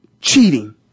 cheating